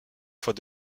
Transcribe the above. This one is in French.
fois